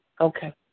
Okay